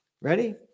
Ready